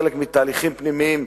חלק מתהליכים פנימיים,